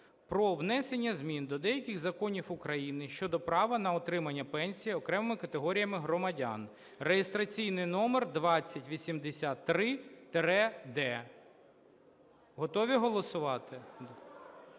про внесення змін до деяких законів України щодо права на отримання пенсій окремим категоріям громадян (реєстраційний номер 2083-д). Готові голосувати? Прошу